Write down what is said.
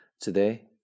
Today